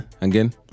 Again